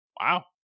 Wow